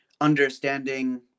understanding